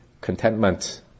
contentment